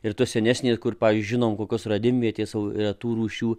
ir tos senesnės kur pavyzdžiui žinom kokios radimvietės retų rūšių